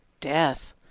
death